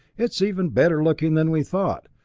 it's even better looking than we thought,